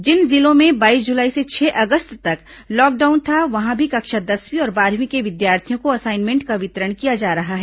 जिन जिलों में बाईस जुलाई से छह अगस्त तक लॉकडाउन था वहां भी कक्षा दसवीं और बारहवीं के विद्यार्थियों को असाइनमेंट का वितरण किया जा रहा है